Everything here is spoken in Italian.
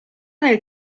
nel